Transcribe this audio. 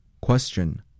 Question